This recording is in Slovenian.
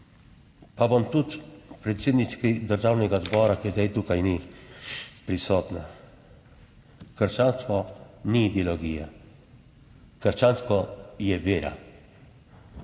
Pa bom tudi predsednici Državnega zbora, ki je zdaj tukaj ni, prisotna. Krščanstvo ni ideologija, krščanstvo je vera,